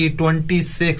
26